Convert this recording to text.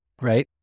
right